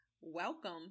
welcome